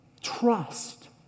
Trust